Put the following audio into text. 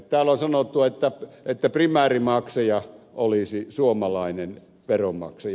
täällä on sanottu että primäärimaksaja olisi suomalainen veronmaksaja